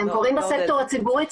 הם קורים בסקטור הציבורי,